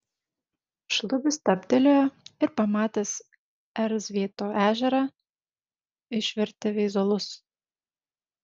šlubis stabtelėjo ir pamatęs erzvėto ežerą išvertė veizolus